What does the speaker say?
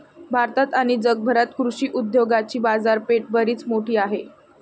भारतात आणि जगभरात कृषी उद्योगाची बाजारपेठ बरीच मोठी आहे